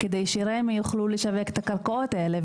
על מנת שהם יוכלו לשווק את הקרקעות האלה,